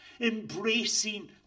Embracing